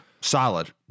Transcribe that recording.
solid